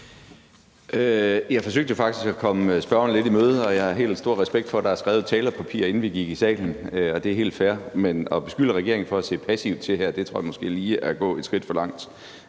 Jeg forsøgte faktisk at komme spørgeren lidt i møde. Jeg har stor respekt for, at der er skrevet et talepapir, inden vi gik i salen, og det er helt fair, men at beskylde regeringen for at se passivt til her tror jeg måske er at gå et skridt for langt.